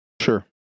Sure